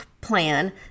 plan